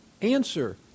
answer